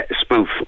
spoof